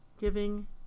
giving